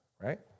right